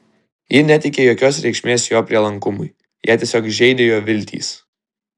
ji neteikė jokios reikšmės jo prielankumui ją tiesiog žeidė jo viltys